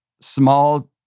small